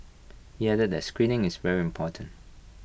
he added that screening is very important